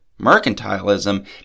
mercantilism